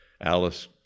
Alice